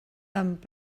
amb